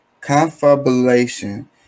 Confabulation